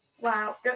Wow